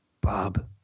Bob